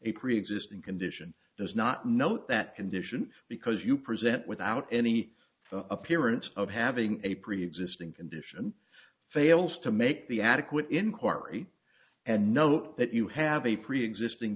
a preexisting condition does not note that condition because you present without any appearance of having a preexisting condition fails to make the adequate inquiry and note that you have a preexisting